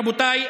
רבותיי,